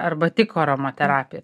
arba tik aromaterapija